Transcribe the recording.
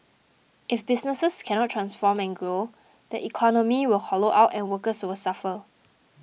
if businesses cannot transform and grow the economy will hollow out and workers will suffer